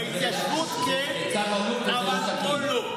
בהתיישבות כן, אבל פה לא.